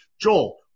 Joel